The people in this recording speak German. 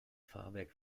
fahrwerk